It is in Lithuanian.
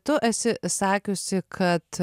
tu esi sakiusi kad